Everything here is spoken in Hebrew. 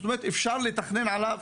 זאת אומרת, אפשר לתכנן עליו,